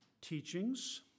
Teachings